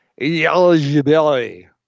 Eligibility